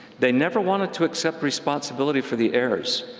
they never wanted to accept responsibility for the errors.